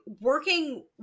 working